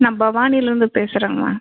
நான் பவானிலேருந்து பேசுகிறேம்மா